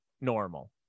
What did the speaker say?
normal